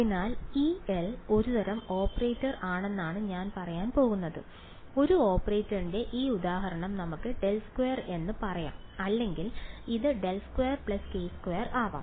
അതിനാൽ ഈ എൽ ഒരു തരം ഓപ്പറേറ്റർ ആണെന്നാണ് ഞാൻ പറയാൻ പോകുന്നത് ഒരു ഓപ്പറേറ്ററിന്റെ ഈ ഉദാഹരണം നമുക്ക് ∇2 എന്ന് പറയാം അല്ലെങ്കിൽ ഇത് ∇2 k2 ആവാം